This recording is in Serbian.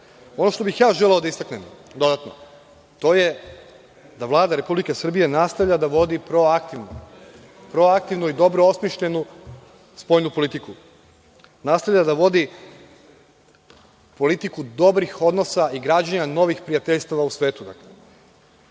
što bih ja dodatno želeo da istaknem je da Vlada Republike Srbije nastavlja da vodi proaktivnu i dobro osmišljenu spoljnu politiku. Nastavlja da vodi politiku dobrih odnosa i građenja novih prijateljstava u svetu.